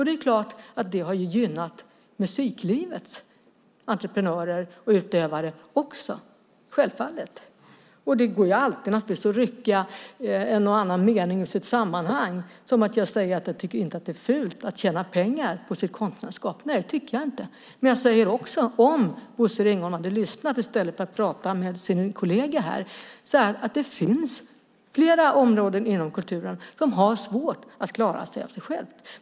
Det är klart att det också har gynnat musiklivets entreprenörer och utövare. Självfallet är det så. Det går naturligtvis att rycka en och annan mening ur sitt sammanhang, som att jag säger att jag inte tycker att det är fult att tjäna pengar på sitt konstnärskap. Nej, det tycker jag inte. Men jag sade också - vilket Bosse Ringholm hade hört om han hade lyssnat i stället för att prata med sin kollega här - att det finns flera områden inom kulturen som har svårt att klara sig av sig själva.